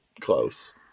close